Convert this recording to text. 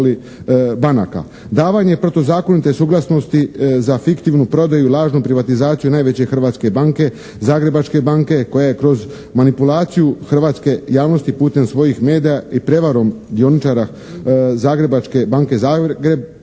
Davanje protuzakonite suglasnosti za fiktivnu prodaju, lažnu privatizaciju najveće hrvatske banke "Zagrebačke banke" koja je kroz manipulaciju hrvatske javnosti putem svojih medija i prijevarom dioničara zagrebačke banke Zagreb